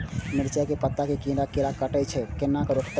मिरचाय के पत्ता के कोन कीरा कटे छे ऊ केना रुकते?